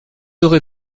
aurez